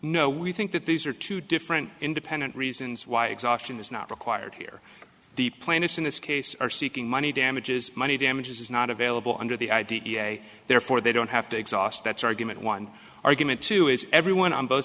know we think that these are two different independent reasons why exhaustion is not required here the plaintiffs in this case are seeking money damages money damages is not available under the i d e a therefore they don't have to exhaust that's argument one argument two is everyone on both